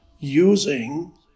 using